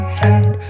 head